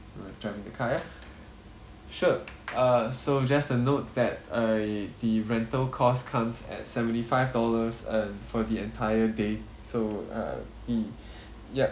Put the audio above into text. all right driving the car ya sure uh so just a note that uh the rental cost comes at seventy five dollars uh for the entire day so uh the ya so